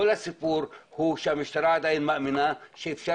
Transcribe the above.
כל הסיפור הוא שהמשטרה עדיין מאמינה שאפשר